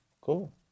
Cool